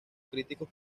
críticos